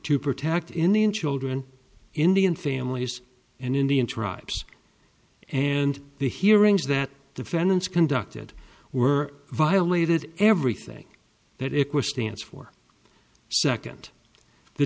to protect indian children indian families and indian tribes and the hearings that defendants conducted were violated everything that it was stance for second the